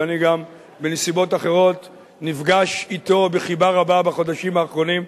שאני גם בנסיבות אחרות נפגש אתו בחיבה רבה בחודשים האחרונים,